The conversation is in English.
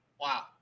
Wow